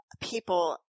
People